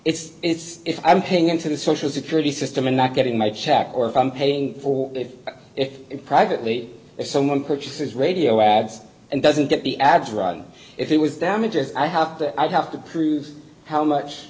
it's it's if i'm paying into the social security system and not getting my check or paying for it privately if someone purchases radio ads and doesn't get the ads run if it was damages i have to i'd have to prove how much